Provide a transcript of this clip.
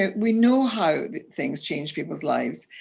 ah we know how things change people's lives,